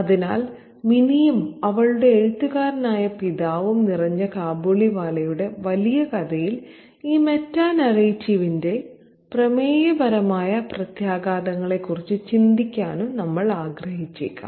അതിനാൽ മിനിയും അവളുടെ എഴുത്തുകാരനായ പിതാവും നിറഞ്ഞ കാബൂളിവാലയുടെ വലിയ കഥയിൽ ഈ മെറ്റാനാരേറ്റീവിന്റെ പ്രമേയപരമായ പ്രത്യാഘാതങ്ങളെക്കുറിച്ച് ചിന്തിക്കാനും നമ്മൾ ആഗ്രഹിച്ചേക്കാം